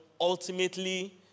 ultimately